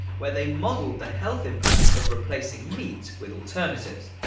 where they modeled the health impacts of replacing meat with alternatives.